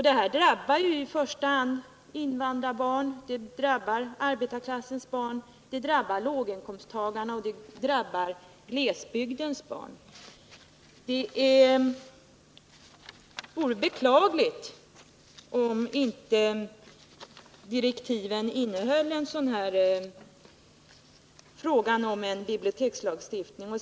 Detta drabbar i första hand invandrarbarn, arbetarklassens barn, låginkomsttagare och glesbygdens barn över huvud taget. Det vore beklagligt om direktiven inte omfattar en sådan här fråga om en bibliotekslagstiftning.